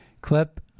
clip